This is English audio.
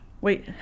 Wait